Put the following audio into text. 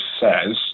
says